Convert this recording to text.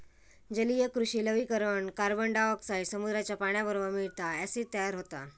जलीय कृषि लवणीकरण कार्बनडायॉक्साईड समुद्राच्या पाण्याबरोबर मिळता, ॲसिड तयार होता